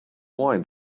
wine